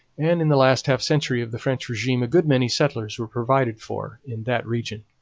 and in the last half-century of the french regime a good many settlers were provided for in that region.